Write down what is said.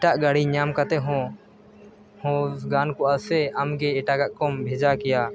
ᱮᱴᱟᱜ ᱜᱟᱹᱰᱤ ᱧᱟᱢ ᱠᱟᱛᱮᱫ ᱦᱚᱸ ᱜᱟᱱ ᱠᱚᱜᱼᱟ ᱥᱮ ᱟᱢᱜᱮ ᱮᱴᱟᱜᱟᱜ ᱠᱚᱢ ᱵᱷᱮᱡᱟ ᱠᱮᱭᱟ